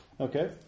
Okay